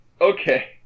okay